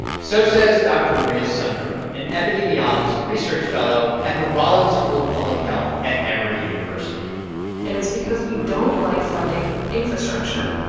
so says dr. maria sundaram, an epidemiologist and research fellow at the rollins school of public health at emory university and it's because we don't like funding infrastructure.